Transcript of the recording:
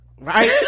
Right